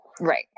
right